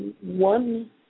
one